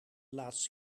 laatste